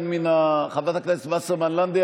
חברת הכנסת וסרמן לנדה,